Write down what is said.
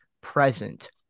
present